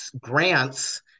grants